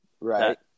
Right